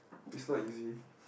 it's not easy